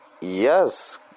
Yes